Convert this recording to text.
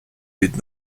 did